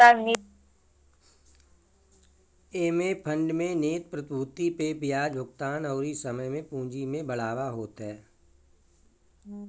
एमे फंड में निहित प्रतिभूति पे बियाज भुगतान अउरी समय समय से पूंजी में बढ़ावा भी होत ह